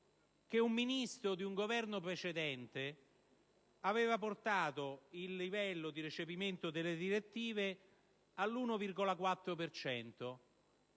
che un Ministro di un Governo precedente aveva ridotto il livello di non recepimento delle direttive all'1,4